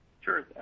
Sure